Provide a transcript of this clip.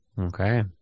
okay